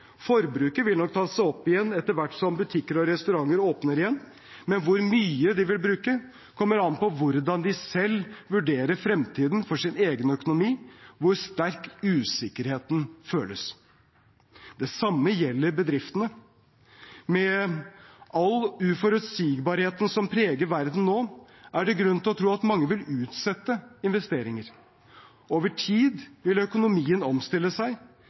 Forbruket vil nok ta seg opp etter hvert som butikker og restauranter åpner igjen. Men hvor mye de vil bruke, kommer an på hvordan de selv vurderer fremtiden for sin egen økonomi, hvor sterk usikkerheten føles. Det samme gjelder bedriftene. Med all uforutsigbarheten som preger verden nå, er det grunn til å tro at mange vil utsette investeringer. Over tid vil økonomien omstille seg,